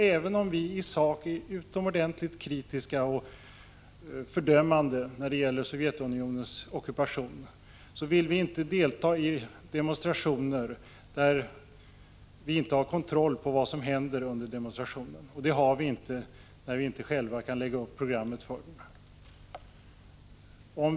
Även om vi i sak är utomordentligt kritiska och fördömande när det gäller Sovjetunionens ockupation vill vi inte delta i demonstrationer där vi inte har kontroll över vad som händer under demonstrationen. Det har vi inte när vi inte själva kan lägga upp programmet för den.